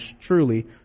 truly